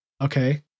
okay